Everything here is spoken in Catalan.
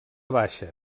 baixa